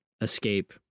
escape